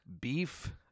beef